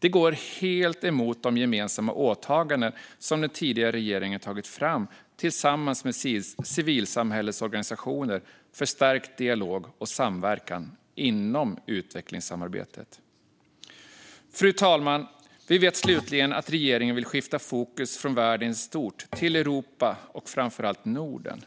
Det går helt emot de gemensamma åtaganden som den tidigare regeringen tagit fram tillsammans med civilsamhällesorganisationer för stärkt dialog och samverkan inom utvecklingssamarbetet. Fru talman! Vi vet slutligen att regeringen vill skifta fokus från världen i stort till Europa och framför allt Norden.